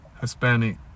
hispanic